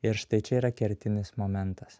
ir štai čia yra kertinis momentas